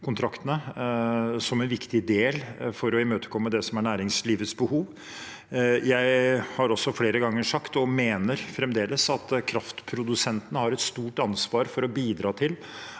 som en viktig del for å imøtekomme det som er næringslivets behov. Jeg har også flere ganger sagt – og mener fremdeles – at kraftprodusentene har et stort ansvar for å bidra til